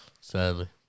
Sadly